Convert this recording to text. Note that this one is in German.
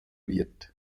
wird